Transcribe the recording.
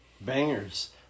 Bangers